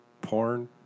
porn